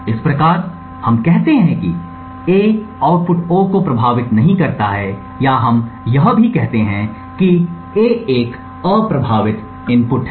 इस प्रकार इस मामले में हम कहते हैं कि A आउटपुट O को प्रभावित नहीं करता है या हम यह भी कहते हैं कि A एक अप्रभावित इनपुट है